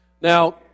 Now